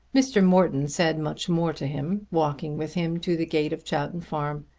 mr. morton said much more to him, walking with him to the gate of chowton farm.